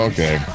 Okay